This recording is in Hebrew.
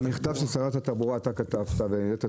סגן שרת התחבורה והבטיחות